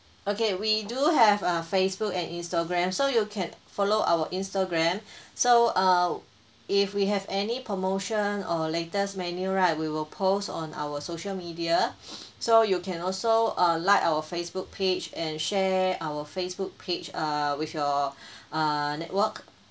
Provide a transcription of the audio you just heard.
okay we do have a Facebook and Instagram so you can follow our Instagram so err if we have any promotion or latest menu right we will post on our social media so you can also uh like our Facebook page and share our Facebook page err with your err network